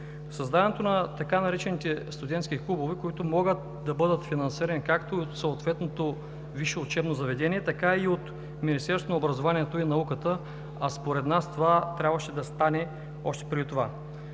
създаването на така наречените „студентски клубове“, които могат да са финансирани както от съответното висше учебно заведение, така и от Министерството на образованието и науката, а според нас това трябваше да стане още преди това.